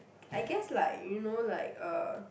I guess like you know like uh